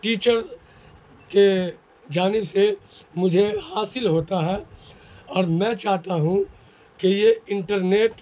teacher کے جانب سے مجھے حاصل ہوتا ہے اور میں چاہتا ہوں کہ یہ انٹرنیٹ